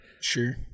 sure